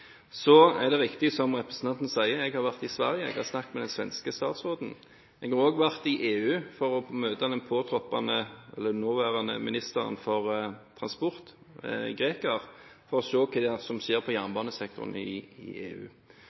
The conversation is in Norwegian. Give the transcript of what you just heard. er riktig som representanten sier, at jeg har vært i Sverige og snakket med den svenske statsråden. Jeg har også vært i EU for å møte den greske ministeren for transport for å se hva det er som skjer på jernbanesektoren i EU.